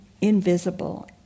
invisible